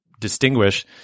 distinguish